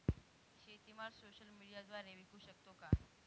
शेतीमाल सोशल मीडियाद्वारे विकू शकतो का?